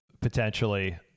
potentially